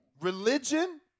religion